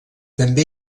també